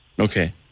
Okay